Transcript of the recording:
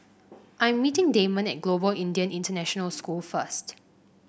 I' m meeting Damon at Global Indian International School first